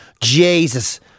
Jesus